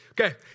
Okay